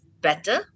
better